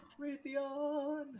Raytheon